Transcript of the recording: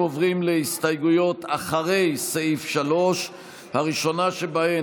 אנחנו עוברים להסתייגויות אחרי סעיף 3. הראשונה שבהן,